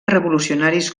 revolucionaris